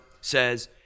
says